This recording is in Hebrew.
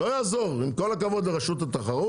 לא יעזור, עם כל הכבוד לרשות התחרות.